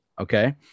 Okay